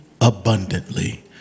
abundantly